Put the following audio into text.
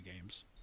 games